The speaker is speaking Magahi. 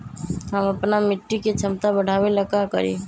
हम अपना मिट्टी के झमता बढ़ाबे ला का करी?